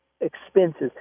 expenses